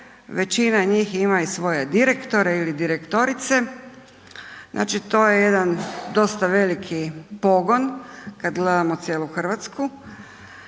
većina njih ima i svoje direktore ili direktorice. Znači, to je jedan dosta veliki pogon kad gledamo cijelu RH, a u